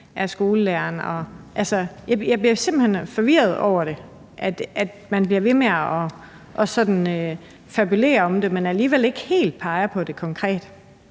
er skolelæreren? Jeg bliver simpelt hen forvirret over, at man bliver ved med at fabulere over det, men alligevel ikke helt peger på det konkret.